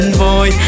boy